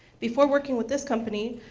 before working with this company,